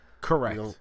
Correct